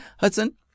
Hudson